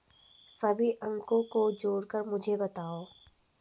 सभी अंकों को जोड़कर मुझे बताओ